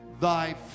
thy